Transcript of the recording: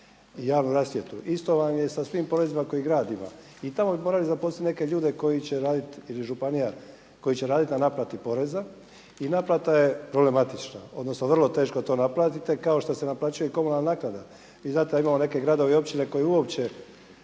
javnu rasvjetu. Isto vam je sa svim porezima koje grad ima. I tamo bi morali zaposliti neke ljude koji će raditi, ili županija, koji će raditi na naplati poreza, i naplata je problematična odnosno vrlo teško to naplatite kao što se naplaćuje i komunalna naknada. Vi znate da imamo neke gradove i općine koje uopće